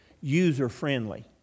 user-friendly